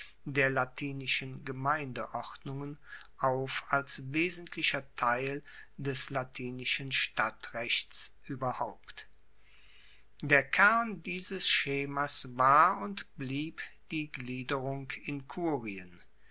der latinischen gemeindeordnungen auf als wesentlicher teil des latinischen stadtrechts ueberhaupt der kern dieses schemas war und blieb die gliederung in kurien